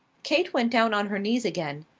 kate went down on her knees again,